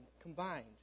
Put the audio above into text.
combined